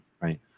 right